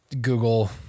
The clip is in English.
Google